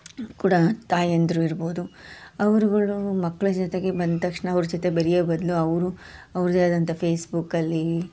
ಕೂಡ ತಾಯಂದಿರು ಇರ್ಬೋದು ಅವರುಗಳು ಮಕ್ಳ ಜೊತೆಗೆ ಬಂದ ತಕ್ಷಣ ಅವ್ರ ಜೊತೆ ಬೆರೆಯೋ ಬದಲು ಅವರು ಅವರದೇ ಆದಂಥ ಫೇಸ್ಬುಕ್ಕಲ್ಲಿ